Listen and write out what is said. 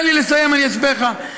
תן לי לסיים ואסביר לך: